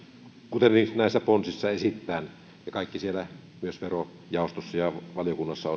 kuten näissä ponsissa esitetään ja kaikki siellä myös verojaostossa ja valiokunnassa